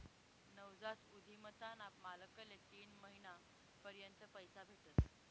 नवजात उधिमताना मालकले तीन महिना पर्यंत पैसा भेटस